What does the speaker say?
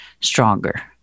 stronger